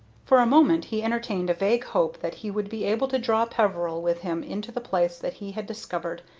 for a moment he entertained a vague hope that he would be able to draw peveril with him into the place that he had discovered,